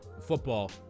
Football